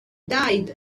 died